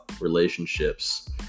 relationships